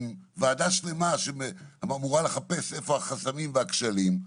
עם ועדה שלמה שאמורה לחפש איפה החסמים והכשלים.